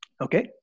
Okay